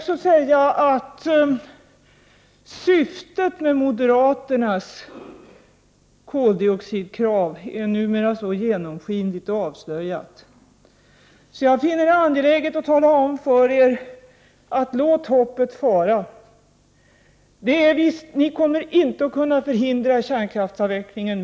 Syftet med moderaternas koldioxidkrav är numera så genomskinligt och avslöjat att det är angeläget att tala om för er: Låt hoppet fara! Ni kommer inte att kunna förhindra kärnkraftsavvecklingen.